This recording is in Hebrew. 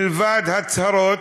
מלבד הצהרות,